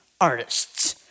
artists